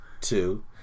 Two